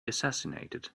assassinated